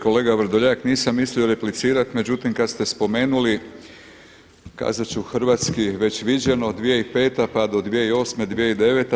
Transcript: Kolega Vrdoljak, nisam mislio replicirati međutim kad ste spomenuli kazat ću hrvatski već viđeno 2005. pa do 2008., 2009.